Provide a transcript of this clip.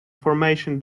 formation